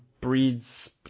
breeds